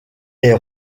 est